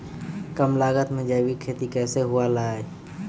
कम लागत में जैविक खेती कैसे हुआ लाई?